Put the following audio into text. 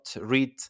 read